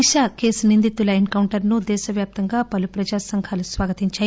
దిశ case నిందితుల encounter ను దేశవ్యాప్తంగా పలు ప్రజాసంఘాలు స్వాగతించాయి